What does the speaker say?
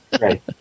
Right